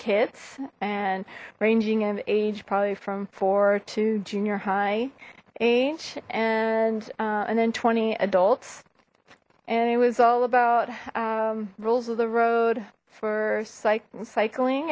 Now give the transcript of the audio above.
kids and ranging of age probably from four to junior high age and and then twenty adults and it was all about rules of the road for cycling cycling